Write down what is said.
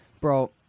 Bro